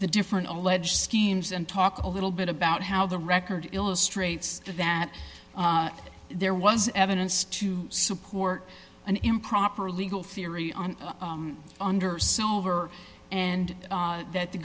the different alleged schemes and talk a little bit about how the record illustrates that there was evidence to support an improper legal theory on under sober and that the